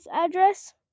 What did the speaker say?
address